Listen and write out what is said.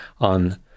on